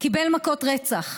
שהוא קיבל מכות רצח.